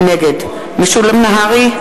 נגד משולם נהרי,